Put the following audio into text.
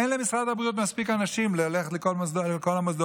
אין למשרד הבריאות מספיק אנשים ללכת לכל המוסדות.